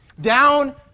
down